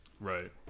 Right